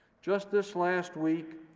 just this last week,